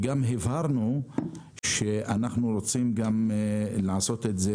וגם הבהרנו שאנחנו רוצים גם לעשות את זה